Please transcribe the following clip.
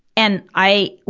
and, i,